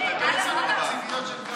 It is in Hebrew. הוא הצביע בשביל לתת.